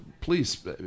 please